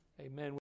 amen